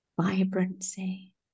vibrancy